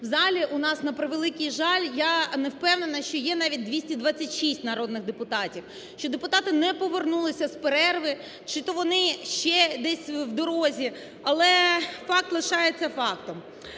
в залі у нас, на превеликий жаль, я не впевнена, що є навіть 226 народних депутатів, що депутати не повернулися з перерви чи то вони ще десь в дорозі, але факт лишається фактом.